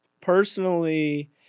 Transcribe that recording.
personally